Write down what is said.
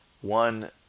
One